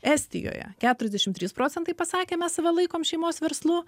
estijoje keturiasdešimt trys procentai pasakė mes save laikom šeimos verslu